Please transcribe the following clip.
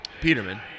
Peterman